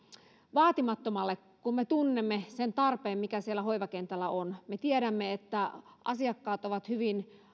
vaatimattomalta kun me tunnemme sen tarpeen mikä siellä hoivakentällä on kun me tiedämme että asiakkaat ovat hyvin